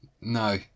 No